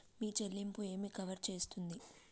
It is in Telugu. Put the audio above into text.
మీ చెల్లింపు ఏమి కవర్ చేస్తుంది?